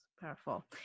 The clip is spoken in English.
powerful